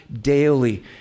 daily